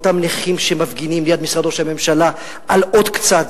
אותם נכים שמפגינים מול משרד ראש הממשלה על עוד קצת,